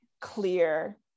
clear